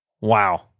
Wow